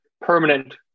permanent